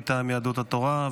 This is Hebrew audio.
מטעם יהדות התורה.